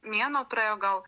mėnuo praėjo gal